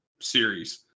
series